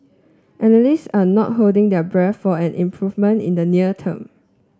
analysts are not holding their breath for an improvement in the near term